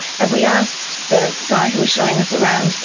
and we asked the guy who was showing us around, you